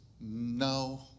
no